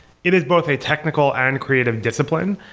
it is both a technical and creative discipline.